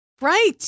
Right